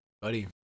Buddy